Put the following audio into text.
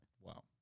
Wow